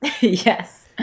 Yes